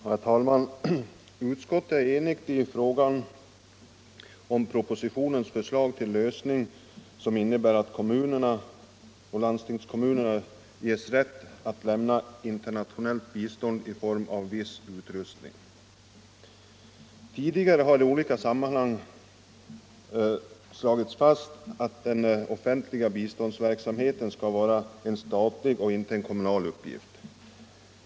Herr talman! Utskottet är enigt i fråga om propositionens förslag till lösning, som innebär att kommunerna och landstingskommunerna ges rätt att lämna internationellt bistånd i form av viss utrustning. Tidigare har i olika sammanhang slagits fast att den offentliga biståndsverksamheten skall vara en statlig och inte en kommunal uppgift.